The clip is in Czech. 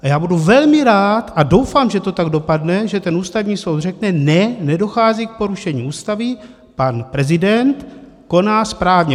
A já budu velmi rád, a doufám, že to tak dopadne, že ten Ústavní soud řekne ne, nedochází k porušení Ústavy, pan prezident koná správně.